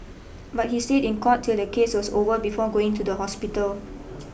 but he stayed in court till the case was over before going to the hospital